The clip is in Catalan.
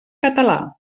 català